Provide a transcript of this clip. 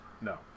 No